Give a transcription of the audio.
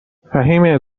فهیمه